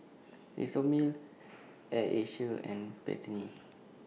Isomil Air Asia and Pantene